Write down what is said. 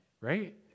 Right